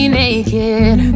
naked